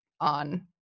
on